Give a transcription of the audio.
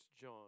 John